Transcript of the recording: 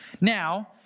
Now